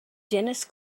dentist